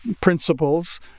principles